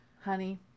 honey